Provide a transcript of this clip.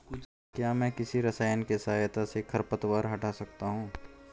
क्या मैं किसी रसायन के सहायता से खरपतवार हटा सकता हूँ?